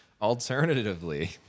alternatively